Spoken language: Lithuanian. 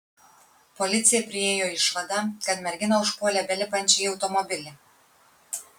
policija priėjo išvadą kad merginą užpuolė belipančią į automobilį